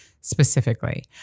specifically